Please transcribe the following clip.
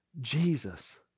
Jesus